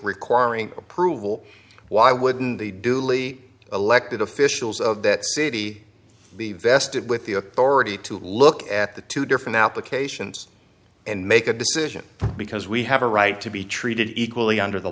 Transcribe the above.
requiring approval why wouldn't the duly elected officials of that city be vested with the authority to look at the two different applications and make a decision because we have a right to be treated equally under the